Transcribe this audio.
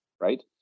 right